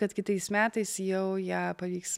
kad kitais metais jau ją pavyks